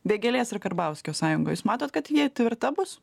vėgėlės ir karbauskio sąjunga jūs matot kad ji tvirta bus